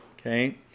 Okay